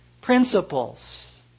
principles